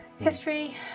history